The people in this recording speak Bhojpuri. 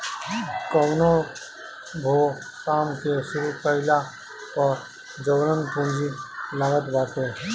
कवनो भो काम के शुरू कईला पअ जवन पूंजी लागत बाटे